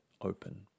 open